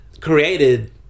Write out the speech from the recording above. created